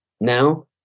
Now